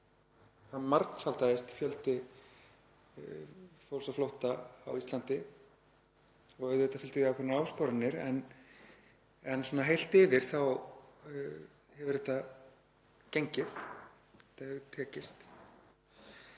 Það margfaldaðist fjöldi fólks á flótta á Íslandi. Auðvitað fylgdu því ákveðnar áskoranir en svona heilt yfir þá hefur þetta gengið, þetta hefur tekist.